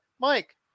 Mike